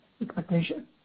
expectation